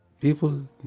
people